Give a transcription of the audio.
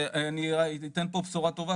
ואני אתן פה בשורה טובה,